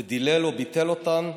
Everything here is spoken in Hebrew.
ודילל או ביטל אותן,